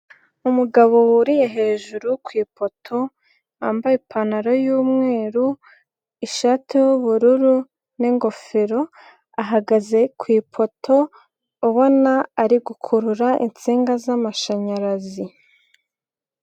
Umugabo wuriye hejuru ku ipoto, wambaye ipantaro y'umweru, ishati y'ubururu n'ingofero, ahagaze ku ipoto ubona ari gukurura insinga z'amashanyarazi.